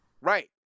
Right